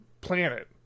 planet